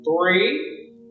three